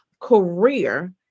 career